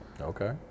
Okay